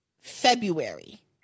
February